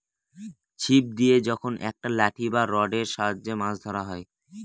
ছিপ দিয়ে যখন একটা লাঠি বা রডের সাহায্যে মাছ ধরা হয়